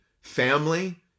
family